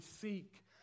seek